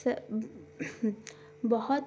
سے بہت